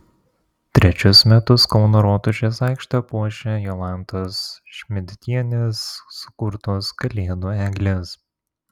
trečius metus kauno rotušės aikštę puošia jolantos šmidtienės sukurtos kalėdų eglės